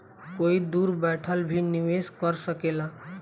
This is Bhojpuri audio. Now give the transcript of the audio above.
कोई दूर बैठल भी निवेश कर सकेला